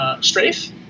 Strafe